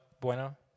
Bueno